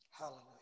Hallelujah